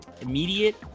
immediate